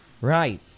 right